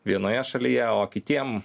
vienoje šalyje o kitiem